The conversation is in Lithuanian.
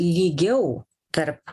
lygiau tarp